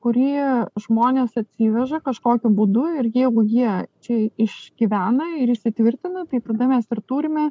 kurie žmonės atsiveža kažkokiu būdu ir jeigu jie čia išgyvena ir įsitvirtina tai tada mes ir turime